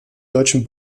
deutschen